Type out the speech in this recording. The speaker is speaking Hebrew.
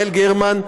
יעל גרמן,